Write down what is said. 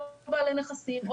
או --- לנכסים,